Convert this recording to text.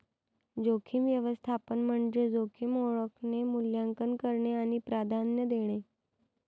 जोखीम व्यवस्थापन म्हणजे जोखीम ओळखणे, मूल्यांकन करणे आणि प्राधान्य देणे